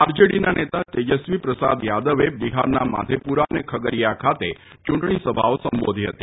આરજેડીના નેતા તેજસ્વી પ્રસાદે યાદવે બિહારના માધેપુરા અને ખગરીયા ખાતે ચૂંટણીસભાઓ સંબોધી હતી